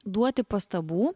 duoti pastabų